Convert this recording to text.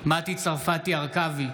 מטי צרפתי הרכבי,